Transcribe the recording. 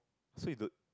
so you don't